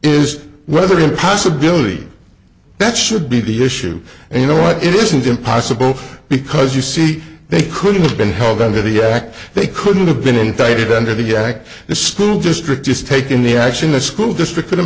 is whether the possibility that should be the issue and you know what it isn't impossible because you see they could have been held under the act they couldn't have been indicted under the act the school district just taken the action the school district could have